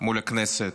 מול הכנסת,